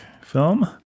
film